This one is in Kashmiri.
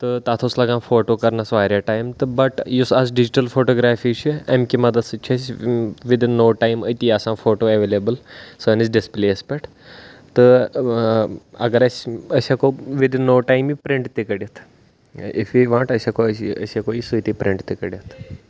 تہٕ تَتھ اوس لَگان فوٹو کَرنَس واریاہ ٹایم تہٕ بَٹ یُس آز ڈِجٹَل فوٹوگرٛافی چھِ اَمہِ کہِ مَدَت سۭتۍ چھِ أسۍ وِداِن نو ٹایم أتی آسان فوٹو اٮ۪ویلیبٕل سٲنِس ڈِسپٕلے یَس پٮ۪ٹھ تہٕ اگر أسۍ أسۍ ہٮ۪کو وِداِن نو ٹایم یہِ پِرٛنٛٹ تہِ کٔڑِتھ اِف ہی وانٛٹ أسۍ ہٮ۪کو أسۍ أسۍ ہٮ۪کو یہِ سۭتی پِرنٹ تہِ کٔڑِتھ